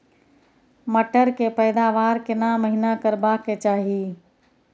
मटर के पैदावार केना महिना करबा के चाही?